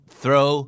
throw